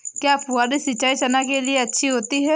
क्या फुहारी सिंचाई चना के लिए अच्छी होती है?